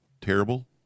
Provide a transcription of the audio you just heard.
terrible